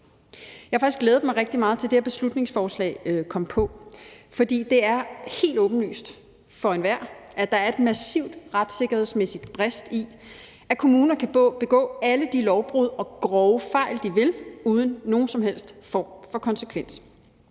mig rigtig meget til, at det her beslutningsforslag kom på, for det er helt åbenlyst for enhver, at der er en massiv retssikkerhedsmæssig brist i, at kommuner kan begå alle de lovbrud og grove fejl, de vil, uden at det får nogen som helst form for konsekvenser.